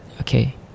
okay